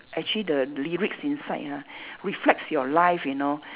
actually the lyrics inside ah reflects your life you know